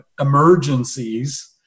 emergencies